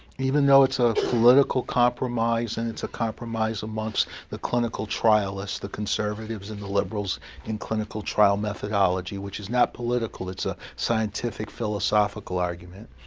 even though, it's a political compromise and it's a compromise amongst the clinical trial it's the conservatives and liberals in clinical trial methodology, which is not political. it's a scientific philosophical argument.